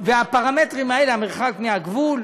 המרחק מהגבול,